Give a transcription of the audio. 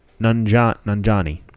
Nanjani